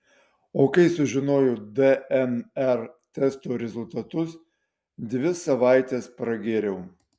o kai sužinojau dnr testo rezultatus dvi savaites pragėriau